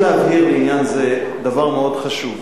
אבל אני רוצה להבהיר לעניין זה דבר חשוב מאוד: